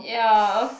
ya